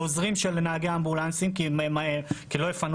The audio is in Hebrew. את העוזרים של נהגי האמבולנסים כי לא יפנו